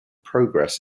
progress